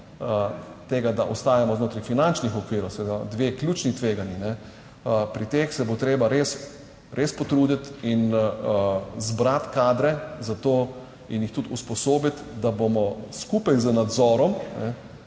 tega, da ostajamo znotraj finančnih okvirov, seveda dve ključni tveganji, pri teh se bo treba res, res potruditi in zbrati kadre za to in jih tudi usposobiti, da bomo skupaj z nadzorom